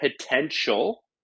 potential